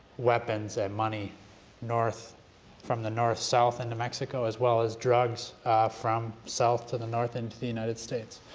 weapons and money north from the north south into mexico, as well as drugs from south to the north into the united states.